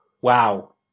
Wow